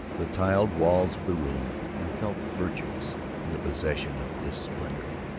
the tiled walls of the room, and felt virtuous in the possession of this splendor.